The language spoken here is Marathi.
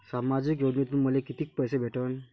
सामाजिक योजनेतून मले कितीक पैसे भेटन?